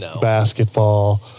basketball